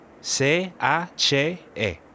C-A-C-E